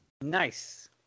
Nice